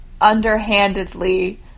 underhandedly